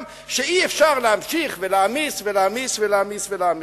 שאי-אפשר להמשיך ולהעמיס ולהעמיס ולהעמיס ולהעמיס.